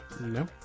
No